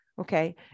okay